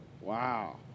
Wow